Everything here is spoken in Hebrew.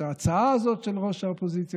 את ההצעה הזאת של ראש האופוזיציה,